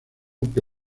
que